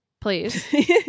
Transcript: Please